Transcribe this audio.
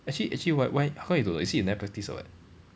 actually actually why why how come you don't know is it you never practise or what